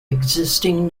existing